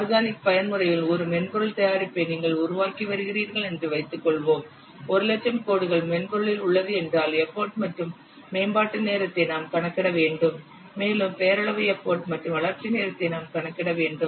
organic பயன்முறையில் ஒரு மென்பொருள் தயாரிப்பை நீங்கள் உருவாக்கி வருகிறீர்கள் என்று வைத்துக்கொள்வோம் 1 லட்சம் கோடுகள் மென்பொருளில் உள்ளது என்றால் எப்போட் மற்றும் மேம்பாட்டு நேரத்தை நாம் கணக்கிட வேண்டும் மேலும் பெயரளவு எப்போட் மற்றும் வளர்ச்சி நேரத்தை நாம் கணக்கிட வேண்டும்